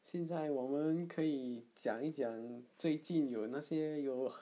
现在我们可以讲一讲最近有那些有